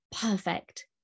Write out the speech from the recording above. perfect